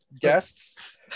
guests